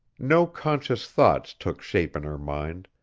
no conscious thoughts took shape in her mind,